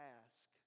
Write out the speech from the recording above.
ask